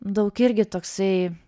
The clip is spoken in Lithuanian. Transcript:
daug irgi toksai